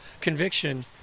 conviction